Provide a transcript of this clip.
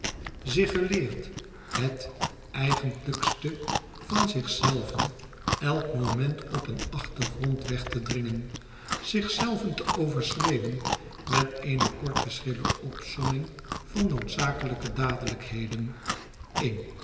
zich geleerd het eigenlijkste van zichzelven elk moment op een achtergrond weg te dringen zichzelven te overschreeuwen met eene korte schrille opsomming van noodzakelijke dadelijkheden een